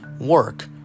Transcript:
work